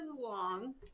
long